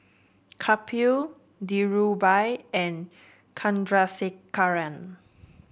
Kapil Dhirubhai and Chandrasekaran